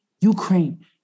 Ukraine